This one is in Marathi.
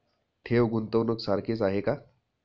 ठेव, गुंतवणूक सारखीच आहे का?